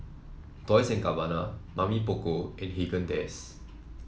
Dolce and Gabbana Mamy Poko and Haagen Dazs